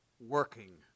Working